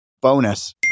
bonus